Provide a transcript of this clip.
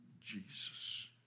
Jesus